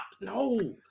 No